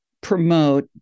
promote